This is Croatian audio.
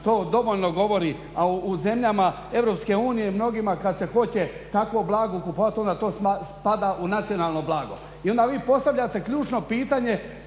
To dovoljno govori, a u zemljama EU mnogima kad se hoće takvo blago kupovati onda to spada u nacionalno blago. I onda vi postavljate ključno pitanje